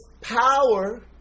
power